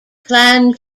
clan